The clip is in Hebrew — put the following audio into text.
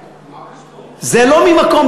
זה לא ממקום,